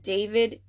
David